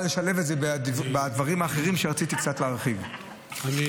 לשלב את זה בדברים האחרים שרציתי קצת להרחיב בהם.